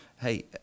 hey